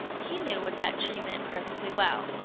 he knew what that tree meant perfectly well.